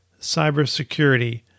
Cybersecurity